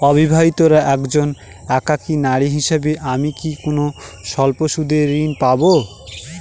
অবিবাহিতা একজন একাকী নারী হিসেবে আমি কি কোনো স্বল্প সুদের ঋণ পাব?